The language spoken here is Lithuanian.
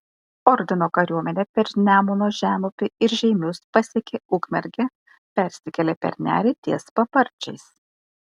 ordino kariuomenė per nemuno žemupį ir žeimius pasiekė ukmergę persikėlė per nerį ties paparčiais